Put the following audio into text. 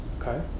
Okay